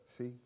See